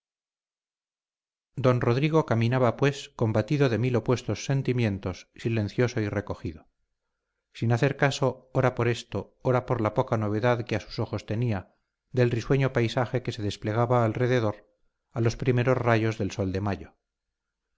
don rodrigo caminaba pues combatido de mil opuestos sentimientos silencioso y recogido sin hacer caso ora por esto ora por la poca novedad que a sus ojos tenía del risueño paisaje que se desplegaba alrededor a los primeros rayos del sol de mayo